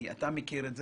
אתה מכיר,